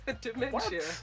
dementia